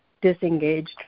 disengaged